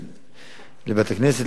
לבתי-כנסת,